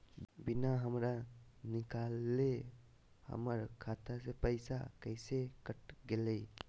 बिना हमरा निकालले, हमर खाता से पैसा कैसे कट गेलई?